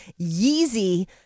Yeezy